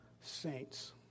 saints